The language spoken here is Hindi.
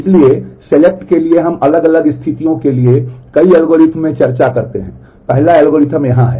इसलिए सेलेक्ट है